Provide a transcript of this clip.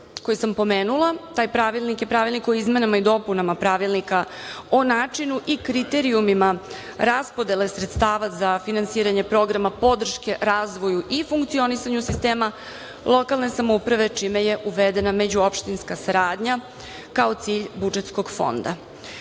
koji sam pomenula. Taj pravilnik je pravilnik o izmenama i dopunama Pravilnika o načinu i kriterijumima raspodele sredstava za finansiranje programa podrške razvoju i funkcionisanju sistema lokalne samouprave, čime je uvedena međuopštinska saradnja kao cilj budžetskog fonda. Koliko